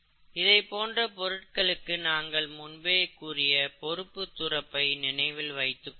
இதை போன்ற பொருள்களுக்கு நாங்கள் மும்பே கூறிய பொறுப்பு துறப்பை நினைவில் வைத்து கொள்ளவும்